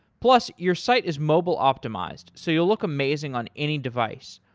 plus your site is mobile-optimized, so you'll look amazing on any device.